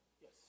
Yes